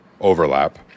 overlap